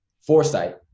foresight